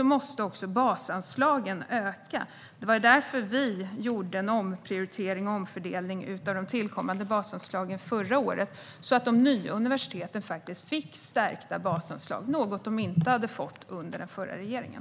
Det var därför vi förra året gjorde en omprioritering och omfördelning av de tillkommande basanslagen, så att de nya universiteten fick stärkta basanslag - något som de inte hade fått under den förra regeringen.